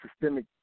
systemic